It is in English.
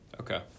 Okay